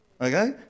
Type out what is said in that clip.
Okay